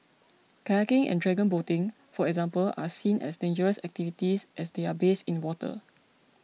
kayaking and dragon boating for example are seen as dangerous activities as they are based in water